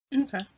Okay